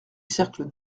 cercle